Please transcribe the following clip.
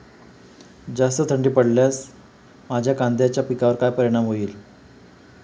जास्त थंडी पडल्यास माझ्या कांद्याच्या पिकावर काय परिणाम होईल?